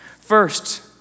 First